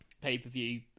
pay-per-view